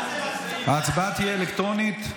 ההצבעה תהיה אלקטרונית.